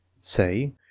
Say